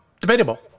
Debatable